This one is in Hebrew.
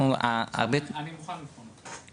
אני מוכן לבחון אותו.